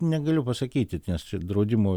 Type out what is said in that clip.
negaliu pasakyti nes čia draudimo